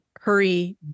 hurry